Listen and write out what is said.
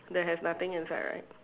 that has nothing inside right